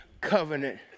covenant